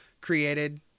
created